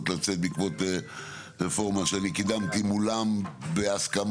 לצאת בעקבות רפורמה שאני קידמתי מולם בהסכמה,